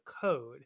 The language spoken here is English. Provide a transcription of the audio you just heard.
code